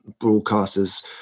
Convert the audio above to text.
broadcasters